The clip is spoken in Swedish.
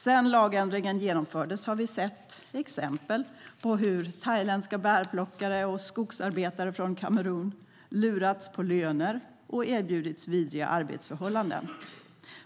Sedan lagändringen genomfördes har vi sett exempel på hur thailändska bärplockare och skogsarbetare från Kamerun lurats på löner och erbjudits vidriga arbetsförhållanden.